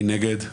מי נגד?